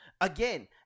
again